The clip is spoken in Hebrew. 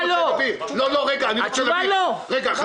אני לא מבין את כל ההתנהלות